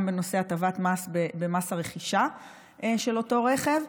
גם בנושא הטבת מס במס הרכישה של אותו רכב.